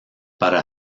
para